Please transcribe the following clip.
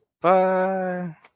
Bye